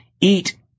eat